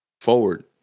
forward